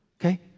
Okay